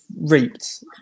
reaped